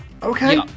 Okay